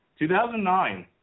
2009